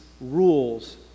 rules